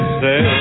say